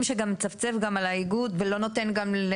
מפגעי ריח חמורים גם ממפעלי בז"ן וגם מתש"ן,